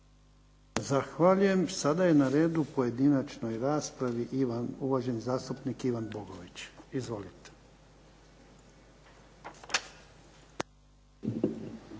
Zahvaljujem. Sada je na redu pojedinačnoj raspravi uvaženi zastupnik Ivan Bogović. Izvolite.